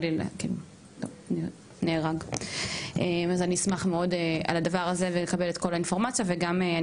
אז אני אשמח מאוד לקבל את האינפורמציה גם על הדבר הזה.